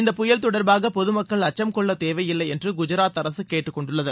இந்த புயல் தொடர்பாக பொதுமக்கள் அச்சம் கொள்ளத்தேவையில்லை என்று குஐராத் அரசு கேட்டுக்கொண்டுள்ளது